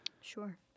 Sure